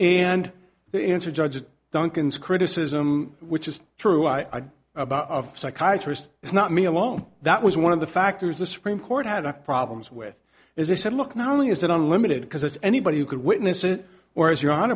and the answer judges duncans criticism which is true i about of psychiatrists it's not me alone that was one of the factors the supreme court had a problems with as they said look not only is that unlimited because anybody who could witness it or as you